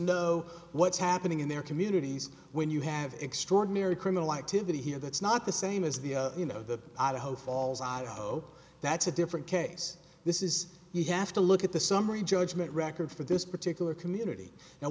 know what's happening in their communities when you have extraordinary criminal activity here that's not the same as the you know the idaho falls idaho that's a different case this is you have to look at the summary judgment record for this particular community